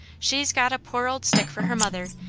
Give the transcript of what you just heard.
she's got a poor old stick for her mother,